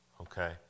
okay